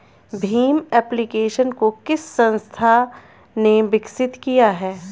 Bhim application को किस संस्था ने विकसित किया है?